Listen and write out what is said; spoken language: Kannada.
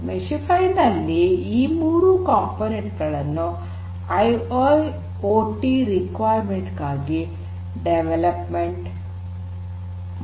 ಮೆಶಿಫೈ ನಲ್ಲಿ ಈ ಮೂರೂ ಉಪಕರಣಗಳನ್ನು ಐಐಓಟಿ ಅವಶ್ಯಕತೆಗಳಿಗಾಗಿ ಅಭಿವೃದ್ಧಿಪಡಿಸಲಾಗಿದೆ